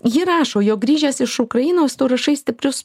ji rašo jog grįžęs iš ukrainos tu rašai stiprius